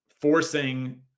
forcing